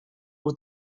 with